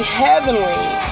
heavenly